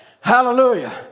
Hallelujah